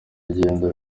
rugendo